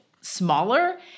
smaller